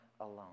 alone